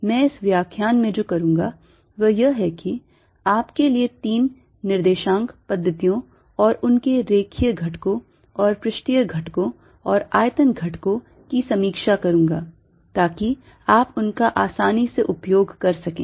इसलिए मैं इस व्याख्यान में जो करुंगा वह यह है कि आप के लिए तीन निर्देशांक पद्धतियों और उनके रेखीय घटकों और पृष्ठीय घटकों और आयतन घटकों की समीक्षा करुंगा ताकि आप उनका आसानी से उपयोग कर सकें